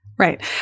Right